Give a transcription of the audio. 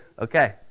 Okay